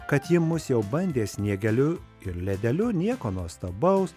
kad ji mus jau bandė sniegeliu ir ledeliu nieko nuostabaus